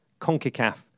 CONCACAF